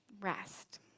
Rest